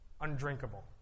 undrinkable